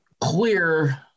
clear